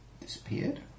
Disappeared